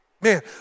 Man